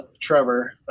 trevor